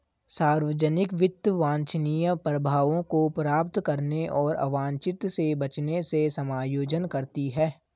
सार्वजनिक वित्त वांछनीय प्रभावों को प्राप्त करने और अवांछित से बचने से समायोजन करती है